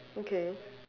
okay